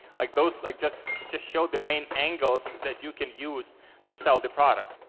like those like just just show the main angles that you can use to sell the products.